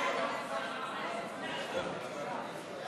חוק התקנת מצלמות לשם